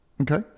Okay